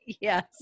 Yes